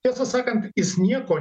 tiesą sakant jis nieko